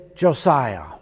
Josiah